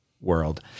world